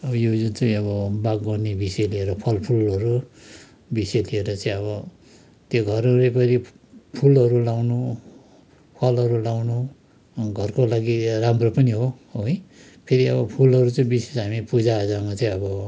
अब यो जुन चाहिँ अब बागबानी विषय लिएर फलफुलहरू विषय थियो र चाहिँ अब त्यो घर वरिपरि फुलहरू लगाउनु फलहरू लगाउनु घरको लागि राम्रो पनि हो है फेरि अब फुलहरू चाहिँ बेसी चाहिँ हामी पूजाआजामा चाहिँ अब